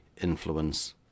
influence